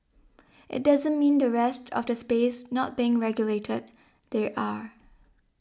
it doesn't mean the rest of the space not being regulated they are